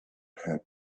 had